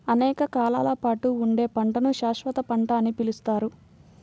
అనేక కాలాల పాటు ఉండే పంటను శాశ్వత పంట అని పిలుస్తారు